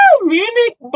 Munich